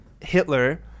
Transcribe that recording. Hitler